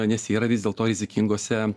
nes yra vis dėl to rizikinguose